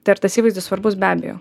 tai ar tas įvaizdis svarbus be abejo